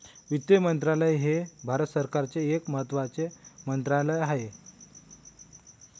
वित्त मंत्रालय हे भारत सरकारचे एक महत्त्वाचे मंत्रालय आहे